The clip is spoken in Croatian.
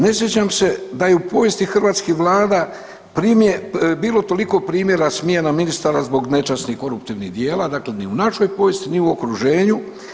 Ne sjećam se da je u povijesti hrvatskih vlada bilo toliko primjera smjena ministara zbog nečasnih koruptivnih djela, dakle ni u našoj povijesti ni u okruženju.